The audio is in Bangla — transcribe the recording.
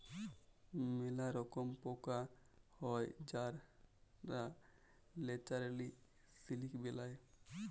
ম্যালা রকম পকা হ্যয় যারা ল্যাচারেলি সিলিক বেলায়